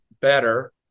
better